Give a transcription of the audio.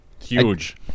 Huge